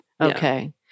Okay